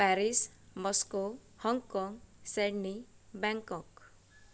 Paris Moscow Hong Kong Sydney Bangkok